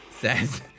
says